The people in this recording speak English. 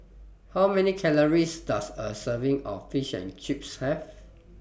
How Many Calories Does A Serving of Fish and Chips Have